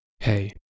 Hey